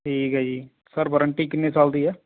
ਠੀਕ ਹੈ ਜੀ ਸਰ ਵਾਰੰਟੀ ਕਿੰਨੇ ਸਾਲ ਦੀ ਹੈ